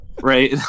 Right